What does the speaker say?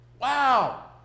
Wow